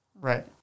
Right